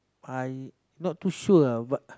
I not too sure ah but